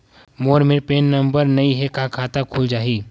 मोर मेर PAN number नई हे का खाता खुल जाही?